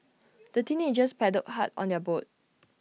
the teenagers paddled hard on their boat